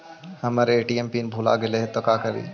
हमर ATM pin भूला गेली हे, तो का करि?